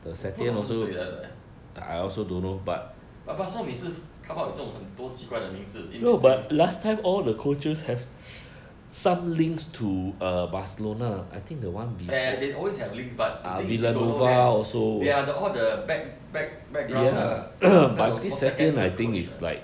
我不懂他是谁来的 but basha 每次 come out with 这种很多奇怪的名字 even then ya ya they always have links but the thing is we don't know them they're the all the back back background 的 where got 什么 second 的 coach 的